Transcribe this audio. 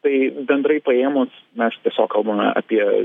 tai bendrai paėmus mes tiesiog kalbame apie